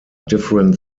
different